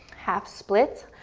half split.